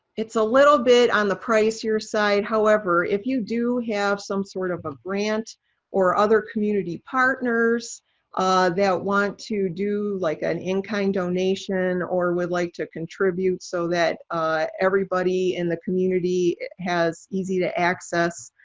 it's a little bit on the pricier side. however, if you do have some sort of a grant or other community partners that want to do like an in-kind donation, or would like to contribute so that everybody in the community has easy access.